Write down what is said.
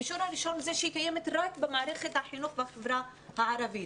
המישור הראשון זה שהיא קיימת רק במערכת החינוך בחברה הערבית.